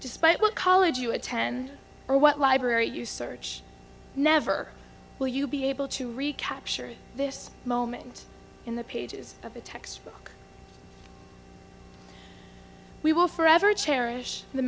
despite what college you attend or what library you search never will you be able to recapture this moment in the pages of a textbook we will forever cherish the